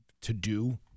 to-do